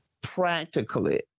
practically